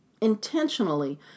intentionally